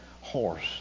horse